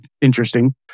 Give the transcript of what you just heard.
interesting